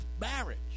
marriage